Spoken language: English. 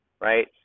right